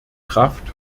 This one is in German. kraft